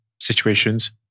situations